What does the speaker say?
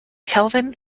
kelvin